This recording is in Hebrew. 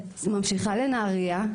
ממשיכה לנהריה,